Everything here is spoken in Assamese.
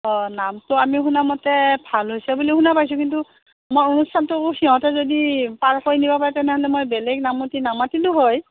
অঁ নামটো আমি শুনামতে ভাল হৈছে বুলি শুনা পাইছোঁ কিন্তু মই অনুষ্ঠানটো সিহঁতে যদি পাৰ কৰি নিব পাৰে তেনেহ'লে মই বেলেগ নামতী নামাতিলো হয়